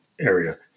area